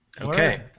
Okay